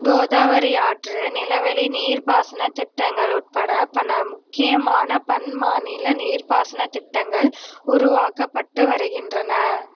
கோதாவரி ஆற்று நிலவெளி நீர்ப்பாசனத் திட்டங்கள் உட்பட பல முக்கியமான பன்மாநில நீர்ப்பாசனத் திட்டங்கள் உருவாக்கப்பட்டு வருகின்றன